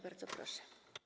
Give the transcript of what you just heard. Bardzo proszę.